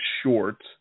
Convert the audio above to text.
short